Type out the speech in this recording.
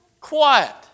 quiet